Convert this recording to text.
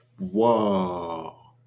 Whoa